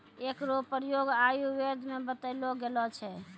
एकरो प्रयोग आयुर्वेद म बतैलो गेलो छै